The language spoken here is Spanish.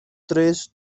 tres